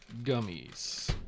Gummies